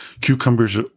Cucumbers